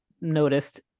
noticed